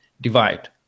divide